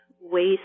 waste